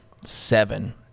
seven